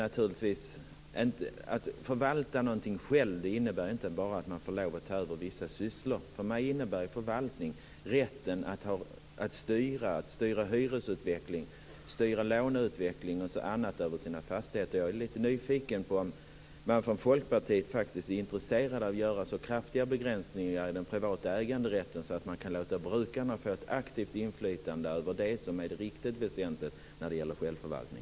Att förvalta någonting själv innebär inte bara att man får lov att ta över vissa sysslor. För mig innebär förvaltning rätten att styra hyresutveckling, styra låneutveckling och annat som gäller sina fastigheter. Jag är lite nyfiken på om man från Folkpartiet är intresserad av att göra så kraftiga begränsningar i den privata äganderätten att man kan låta brukarna få ett aktivt inflytande över det som är det riktigt väsentliga när det gäller självförvaltning.